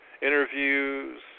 interviews